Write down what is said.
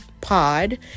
Pod